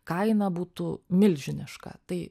kaina būtų milžiniška tai